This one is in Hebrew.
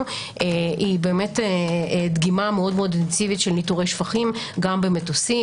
היא דגימה מאוד אינטנסיבית של ניטורי שפכים גם במטוסים,